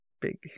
big